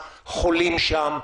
חולים שם,